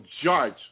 judge